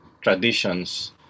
traditions